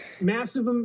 massive